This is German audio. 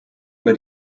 über